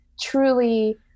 truly